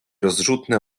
rozrzutne